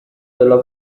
della